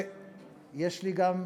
שיש לי גם,